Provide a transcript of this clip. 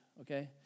okay